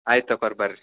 ಆಯ್ತು ಅಪ್ಪರ ಬರ್ರಿ